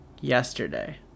yesterday